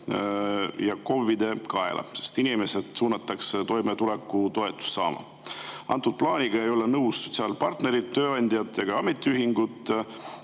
ja KOV-ide kaela, sest inimesed suunatakse toimetulekutoetust [taotlema]. Antud plaaniga ei ole nõus sotsiaalpartnerid, tööandjad ega ametiühingud,